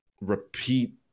repeat